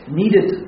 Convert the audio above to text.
needed